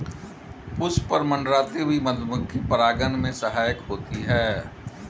पुष्प पर मंडराती हुई मधुमक्खी परागन में सहायक होती है